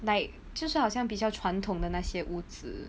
like 就是好像比较传统的那些屋子